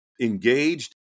engaged